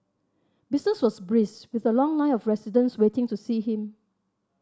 business was brisk with a long line of residents waiting to see him